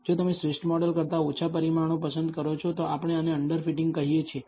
જો તમે શ્રેષ્ઠ મોડેલ કરતા ઓછા પરિમાણો પસંદ કરો છો તો આપણે આને અંડર ફિટિંગ કહીએ છીએ